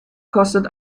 kostet